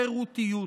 השירותיות.